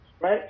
Right